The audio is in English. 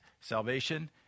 salvation